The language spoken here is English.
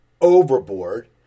overboard